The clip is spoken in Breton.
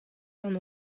gant